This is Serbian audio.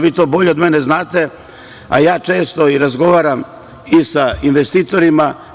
Vi to bolje od mene znate, a ja često i razgovaram i sa investitorima.